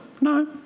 no